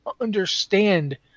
understand